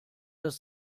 das